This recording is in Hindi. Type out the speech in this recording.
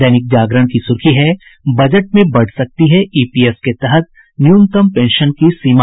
दैनिक जागरण की सुर्खी है बजट में बढ़ सकती है ईपीएस के तहत न्यूनतम पेंशन की सीमा